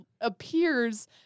appears